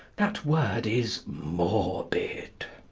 that word is morbid.